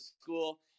school